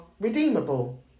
redeemable